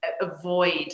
avoid